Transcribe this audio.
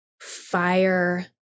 fire